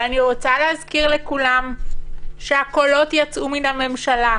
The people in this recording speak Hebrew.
ואני רוצה להזכיר לכולם שהקולות יצאו מן הממשלה: